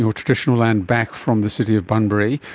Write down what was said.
traditional land back from the city of bunbury.